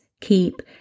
keep